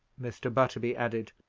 mr. butterby added,